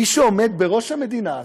מי שעומד בראש המדינה הזאת,